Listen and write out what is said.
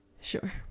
Sure